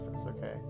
Okay